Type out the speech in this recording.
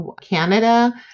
Canada